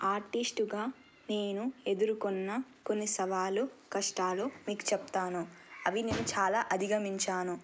ఆర్టిస్టుగా నేను ఎదుర్కొన్న కొన్ని సవాళ్లు కష్టాలు మీకు చెప్తాను అవి నేను చాలా అధిగమించాను